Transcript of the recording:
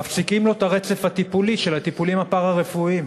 מפסיקים לו את הרצף הטיפולי של הטיפולים הפארה-רפואיים.